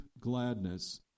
gladness